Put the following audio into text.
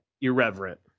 irreverent